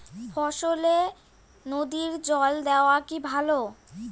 ফসলে নদীর জল দেওয়া কি ভাল?